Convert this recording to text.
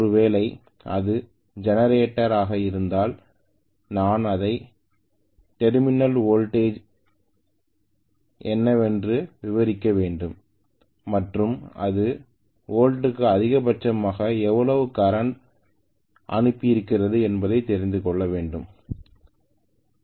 ஒருவேளை அது ஜெனரேட்டர் ஆக இருந்தாள் நான் அதை டெர்மினல் வோல்டேஜ் என்னவென்று தெளிவாக விவரிக்க வேண்டும் மற்றும் அது லோட்க்கு அதிகபட்சமாக எவ்வளவு கரண்ட் அனுப்பியிருக்கிறது என்பதை தெரிந்து கொள்ள வேண்டும்